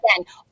again